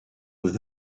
with